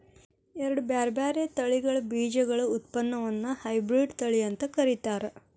ಎರಡ್ ಬ್ಯಾರ್ಬ್ಯಾರೇ ತಳಿಗಳ ಬೇಜಗಳ ಉತ್ಪನ್ನವನ್ನ ಹೈಬ್ರಿಡ್ ತಳಿ ಅಂತ ಕರೇತಾರ